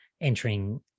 entering